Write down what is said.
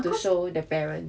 to show the parents